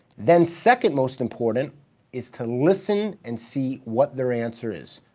then, second most important is to listen and see what their answer is.